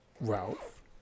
Ralph